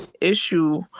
issue